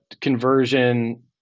conversion